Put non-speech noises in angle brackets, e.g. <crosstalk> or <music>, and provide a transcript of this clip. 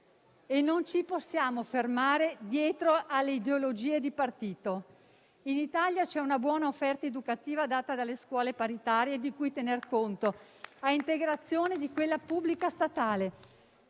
Non ci possiamo fermare dietro alle ideologie di partito. In Italia c'è una buona offerta educativa data dalle scuole paritarie di cui tener conto <applause> a integrazione di quella pubblica statale,